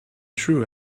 true